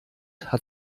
hat